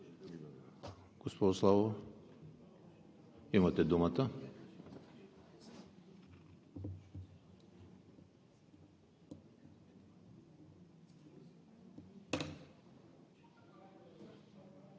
Госпожо Славова, имате думата